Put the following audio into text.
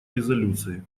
резолюции